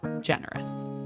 generous